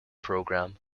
program